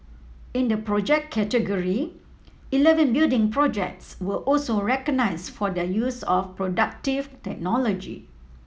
in the Project category eleven building projects were also recognised for their use of productive technology